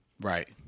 Right